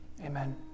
Amen